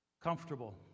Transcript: Comfortable